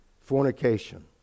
fornication